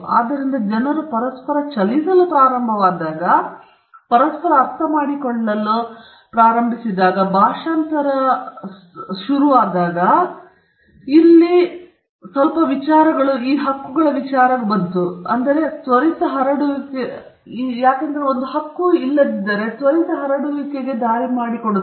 ಆದ್ದರಿಂದ ಜನರು ಪರಸ್ಪರ ಚಲಿಸಲು ಪ್ರಾರಂಭವಾದಾಗ ಪರಸ್ಪರ ಅರ್ಥಮಾಡಿಕೊಳ್ಳಲು ಮತ್ತು ಭಾಷಾಂತರದ ಸಂಪೂರ್ಣ ಕ್ಷೇತ್ರ ಅಥವಾ ಇತರ ಭಾಷೆಗಳನ್ನು ಅರ್ಥೈಸಿಕೊಳ್ಳುವಲ್ಲಿ ಸಹ ಕೊಡುಗೆ ನೀಡಿದಾಗ ಅದು ಕೂಡಾ ವಿಚಾರಗಳ ತ್ವರಿತ ಹರಡುವಿಕೆಗೆ ದಾರಿ ಮಾಡಿಕೊಡುತ್ತದೆ